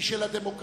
היא של הדמוקרטיה,